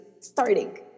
starting